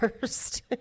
first